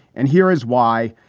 and here is why.